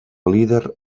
líder